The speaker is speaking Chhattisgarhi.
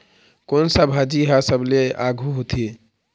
कोन सा भाजी हा सबले आघु होथे?